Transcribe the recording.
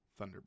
Thunderbird